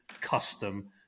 custom